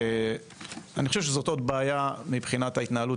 אני חושב שזאת עוד בעיה מבחינת ההתנהלות